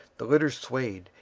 the litter swayed,